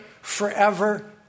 forever